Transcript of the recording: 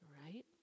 Right